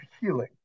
healing